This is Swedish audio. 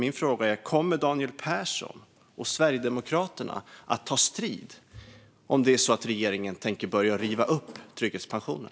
Min fråga är: Kommer Daniel Persson och Sverigedemokraterna att ta strid om det är så att regeringen tänker börja riva upp trygghetspensionen?